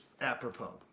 apropos